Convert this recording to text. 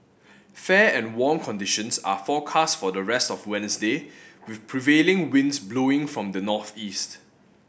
fair and warm conditions are forecast for the rest of Wednesday with prevailing winds blowing from the northeast